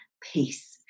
peace